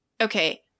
Okay